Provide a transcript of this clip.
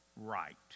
Right